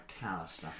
McAllister